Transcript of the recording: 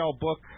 book